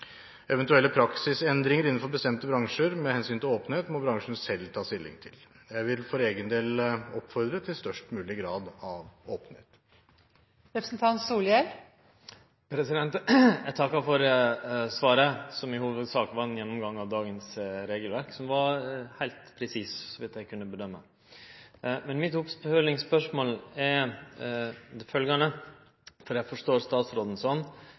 Eventuelle praksisendringer innenfor bestemte bransjer, med hensyn til åpenhet, må bransjen selv ta stilling til. Jeg vil for egen del oppfordre til størst mulig grad av åpenhet. Eg takkar for svaret, som i hovudsak var ein gjennomgang av dagens regelverk, som var heilt presis så vidt eg kunne bedømme. Eg forstår statsråden sånn at regjeringa er